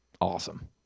awesome